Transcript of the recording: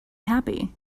happy